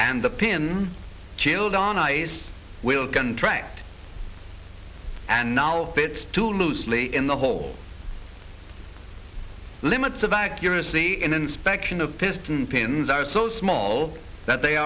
and the pin chilled on ice will contract and now it's too loosely in the hole limits of accuracy and inspection of piston pins are so small that they